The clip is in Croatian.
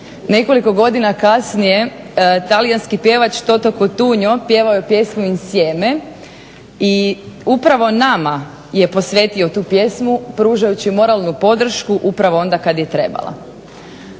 nekoliko godina kasnije talijanski pjevač Toto Cotugno pjevao je pjesmu "In sieme" i upravo nama je posvetio tu pjesmu pružajući moralnu podršku upravo onda kada je trebala.